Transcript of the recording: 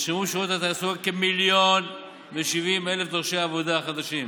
כבוד היושב-ראש,